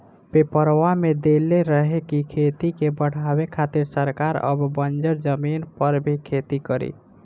पेपरवा में देले रहे की खेती के बढ़ावे खातिर सरकार अब बंजर जमीन पर भी खेती करी